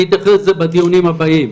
אני אתייחס לזה בדיונים הבאים,